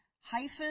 hyphen